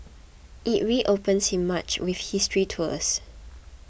it reopens in March with history tours